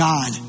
God